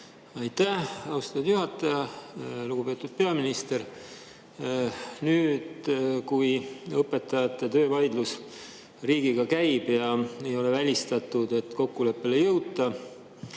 Aitäh, austatud juhataja! Lugupeetud peaminister! Nüüd, kui õpetajate töövaidlus riigiga käib ja ei ole välistatud, et kokkuleppele ei jõuta